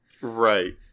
Right